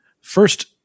First